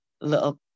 little